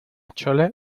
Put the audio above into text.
chole